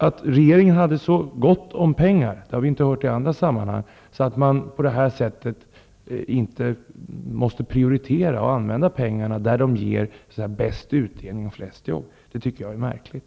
Att regeringen har så gott om pengar har vi inte hört i andra sammanhang, att den inte måste prioritera och använda pengarna där de ger bäst utdelning och flest jobb. Det är märkligt.